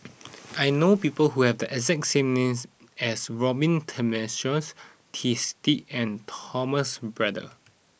I know people who have the exact name as Robin Tessensohn Twisstii and Thomas Braddell